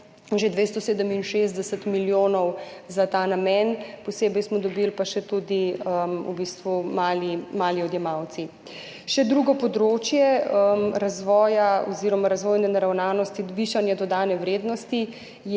že 267 milijonov za ta namen. Posebej smo dobili pa še tudi v bistvu mali odjemalci. Še drugo področje razvoja oziroma razvojne naravnanosti, višanje dodane vrednosti,